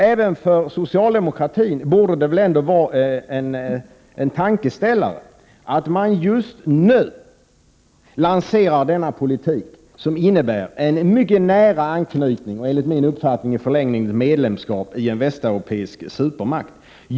Även för socialdemokratin borde det väl ändå vara en tankeställare, att denna politik lanseras just nu som innebär en mycket nära anknytning till och, enligt min uppfattning, i förlängningen medlemskap i en västeuropeisk supermakt.